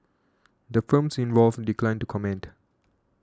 the firms involved declined to comment